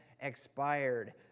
expired